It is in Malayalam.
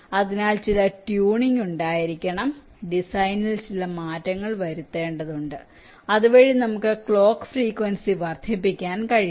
അതിനാൽ ചില ട്യൂണിംഗ് ഉണ്ടായിരിക്കണം ഡിസൈനിൽ ചില മാറ്റങ്ങൾ വരുത്തേണ്ടതുണ്ട് അതുവഴി നമുക്ക് ക്ലോക്ക് ഫ്രീക്വൻസി വർദ്ധിപ്പിക്കാൻ കഴിയും